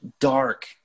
dark